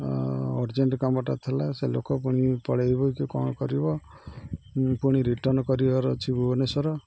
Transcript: ହ ଅର୍ଜେଣ୍ଟ କାମଟା ଥିଲା ସେ ଲୋକ ପୁଣି ପଳେଇବ କି କ'ଣ କରିବ ପୁଣି ରିଟର୍ଣ୍ଣ କରିବାର ଅଛି ଭୁବନେଶ୍ୱର